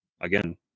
again